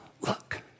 look